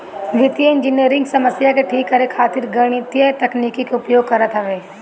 वित्तीय इंजनियरिंग समस्या के ठीक करे खातिर गणितीय तकनीकी के उपयोग करत हवे